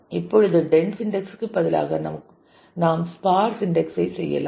இப்பொழுது dense index க்கு பதிலாக நாம் ஸ்பார்ஸ் இன்டெக்ஸ் ஐ செய்யலாம்